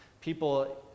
people